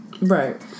Right